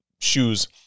shoes